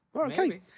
Okay